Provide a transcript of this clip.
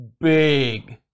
big